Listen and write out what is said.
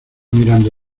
mirando